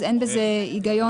אז אין בזה היגיון.